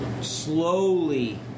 Slowly